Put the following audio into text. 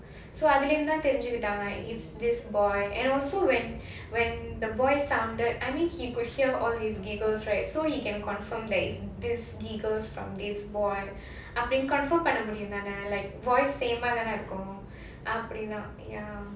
so அதுல இருந்து தான் தெரிஞ்சுக்கிட்டாங்க:ahdula irundhu dhan therijukitaanga it's this boy and also when when the boy sounded I mean he could hear all his giggles right so he can confirm that it's these giggles from this boy அப்டினு:apdinu confirm பண்ண முடியும் தானே:panna mudiyum thaanae like voice same தா இருக்கும்:dha irukum ya